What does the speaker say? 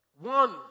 one